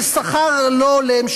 של שכר לא הולם,